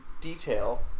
detail